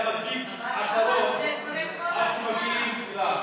הוא היה מדביק עשרות, חמד, זה קורה כל הזמן.